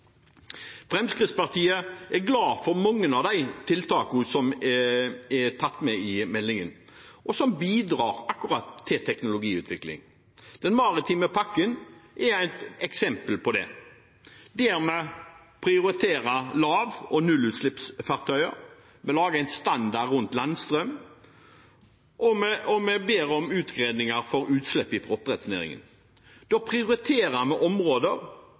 Fremskrittspartiet er glad for mange av de tiltakene som er tatt med i meldingen, og som bidrar akkurat til teknologiutvikling. Den maritime pakken er et eksempel på det, der vi prioriterer lav- og nullutslippsfartøy, der vi lager en standard rundt landstrøm, og der vi ber om utredninger for utslipp fra oppdrettsnæringen. Da prioriterer vi områder